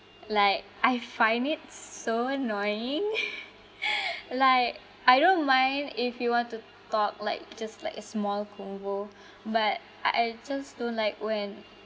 like I find it so annoying like I don't mind if you want to talk like just like a small convo~ but I I just don't like when